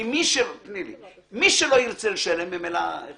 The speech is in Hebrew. כי מי שלא ירצה לשלם, ממילא לא